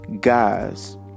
guys